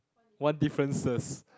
one differences